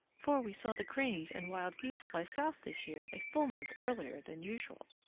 for we saw the cranes and wild geese fly south this year a full month earlier than usual.